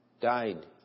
died